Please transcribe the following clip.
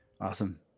Awesome